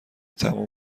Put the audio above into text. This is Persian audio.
تموم